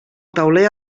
tauler